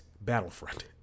battlefront